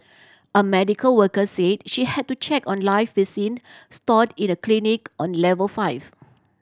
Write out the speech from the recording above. a medical worker said she had to check on live vaccine stored in a clinic on level five